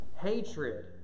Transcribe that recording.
hatred